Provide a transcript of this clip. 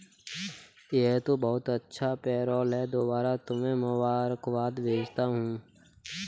यह तो बहुत अच्छा पेरोल है दोबारा तुम्हें मुबारकबाद भेजता हूं